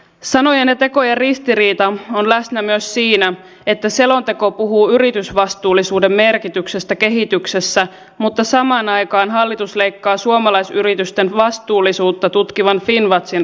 sanojen ja tekojen ristiriita on läsnä myös siinä että selonteko puhuu yritysvastuullisuuden merkityksestä kehityksessä mutta samaan aikaan hallitus leikkaa suomalaisyritysten vastuullisuutta tutkivan finnwatchin rahoitusta